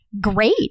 great